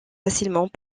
facilement